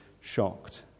shocked